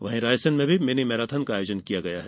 वहीं रायसेन में mini marathon का आयोजन किया गया है